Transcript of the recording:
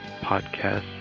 podcast